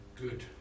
good